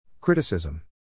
Criticism